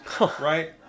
right